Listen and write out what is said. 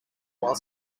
while